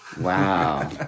Wow